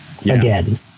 again